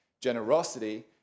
generosity